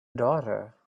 daughter